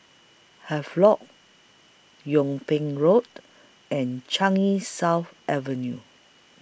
Havelock Yung Ping Road and Changi South Avenue